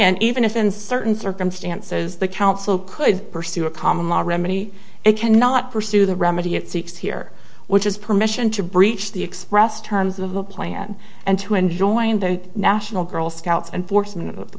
second even if in certain circumstances the council could pursue a common law remedy it cannot pursue the remedy it seeks here which is permission to breach the expressed terms of a plan and to enjoying the national girl scouts enforc